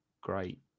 great